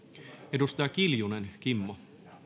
edustaja kiljunen kimmo